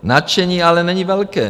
Nadšení ale není velké.